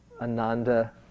Ananda